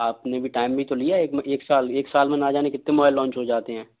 आपने भी टाइम भी तो लिया है एक साल एक साल में ना जाने कितने मोबाइल लॉन्च हो जाते हैं